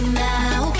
now